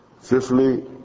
Fifthly